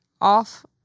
off